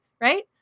right